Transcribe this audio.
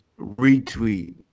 retweet